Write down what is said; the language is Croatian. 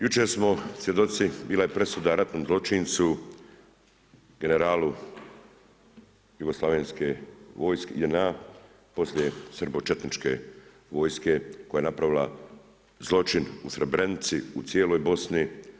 Jučer smo svjedoci, bila je presuda ratnom zločincu, generalu jugoslavenske vojske, JNA, poslije srbočetničke vojske, koja je napravila zločin u Srebrenici, u cijeloj Bosni.